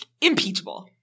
Impeachable